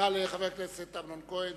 תודה לחבר הכנסת אמנון כהן.